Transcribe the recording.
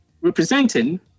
representing